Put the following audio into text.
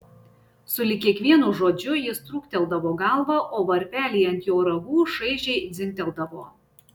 sulig kiekvienu žodžiu jis trūkteldavo galvą o varpeliai ant jo ragų šaižiai dzingteldavo